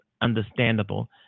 understandable